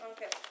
Okay